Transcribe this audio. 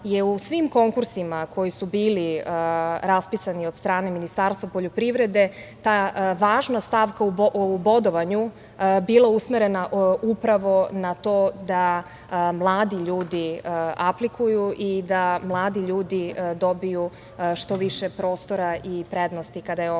je u svim konkursima koji su bili raspisani od strane Ministarstva poljoprivrede, ta važna stavka u bodovanju bila usmerena upravo na to da mladi ljudi aplikuju i da mladi ljudi dobiju što više prostora i prednosti kada je ova